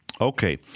Okay